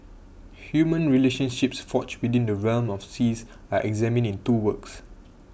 human relationships forged within the realm of the seas are examined in two works